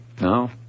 No